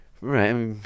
Right